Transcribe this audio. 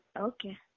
Okay